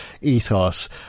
ethos